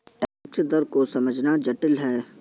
tax दर को समझना जटिल है